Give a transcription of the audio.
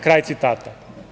Kraj citata.